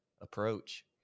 approach